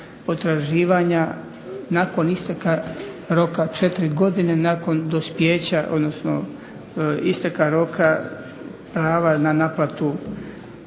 potraživanja nakon isteka roka od 4 godine nakon dospijeća, odnosno isteka roka prava na naplatu